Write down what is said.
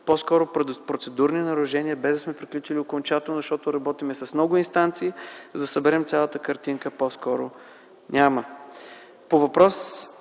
по-скоро процедурни нарушения - без да сме приключили окончателно, защото работим с много инстанции, за да съберем цялата картинка - няма. По Вашия